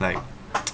like